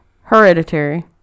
Hereditary